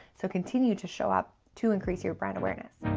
so continue to show up to increase your brand awareness.